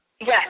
Yes